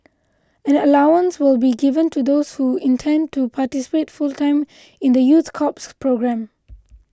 an allowance will be given to those who intend to participate full time in the youth corps programme